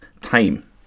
time